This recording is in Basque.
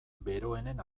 beroenen